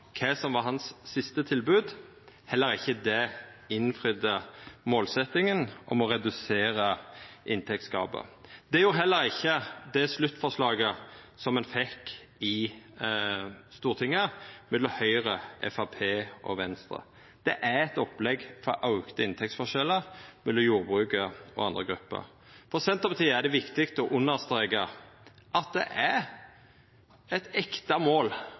kva som var hans siste tilbod. Heller ikkje det innfridde målsetjinga om å redusera inntektsgapet. Det gjorde heller ikkje det sluttforslaget som ein fekk i Stortinget, frå Høgre, Framstegspartiet og Venstre. Det er eit opplegg for auka inntektsforskjellar mellom jordbruket og andre grupper. For Senterpartiet er det viktig å understreka at det er eit ekte mål